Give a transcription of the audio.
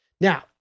Now